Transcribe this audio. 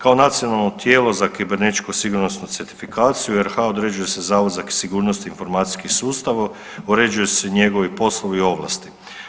Kao nacionalno tijelo za kibernetičku sigurnosnu certifikaciju u RH određuje se Zavod za sigurnost i informacijski sustav i uređuju se njegovi poslovi i ovlasti.